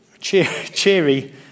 cheery